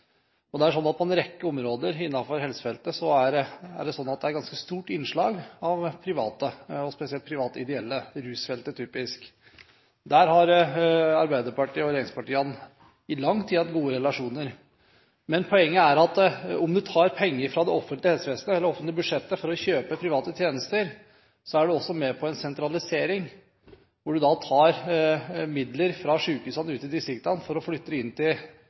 På en rekke områder innenfor helsefeltet er det et ganske stort innslag av private – og spesielt private ideelle innenfor rusfeltet. Her har Arbeiderpartiet og de andre regjeringspartiene i lang tid hatt gode relasjoner. Men poenget er at om man tar penger fra det offentlige budsjettet for å kjøpe private tjenester, er det med på en sentralisering, hvor man tar midler fra sykehusene ute i distriktene for å flytte dem inn til